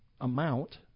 amount